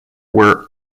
were